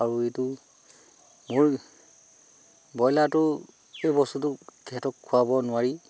আৰু এইটো মোৰ ব্ৰয়লাৰটো এই বস্তুটো সিহঁতক খোৱাব নোৱাৰি